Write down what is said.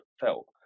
felt